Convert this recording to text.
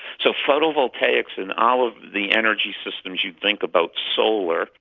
so photovoltaics in all of the energy systems you think about solar,